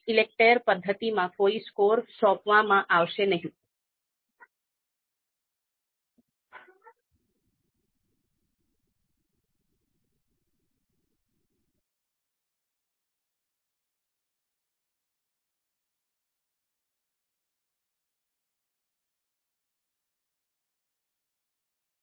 કેટલીકવાર આપણને સમકક્ષ વિકલ્પો મળી શકે છે જેની વધુ સરખામણી કરી શકાતી નથી